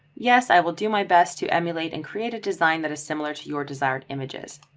yes, i will do my best to emulate and create a design that is similar to your desired images.